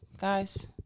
guys